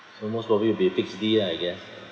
so most probably will be a fixed D ah I guess